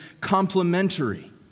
complementary